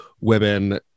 women